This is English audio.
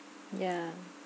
yeah